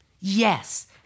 Yes